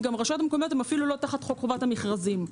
כי הן לא תחת חוק חובת המכרזים.